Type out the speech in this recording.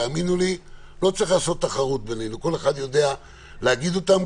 כל אחד יודע להגיד מה הקשיים,